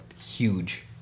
huge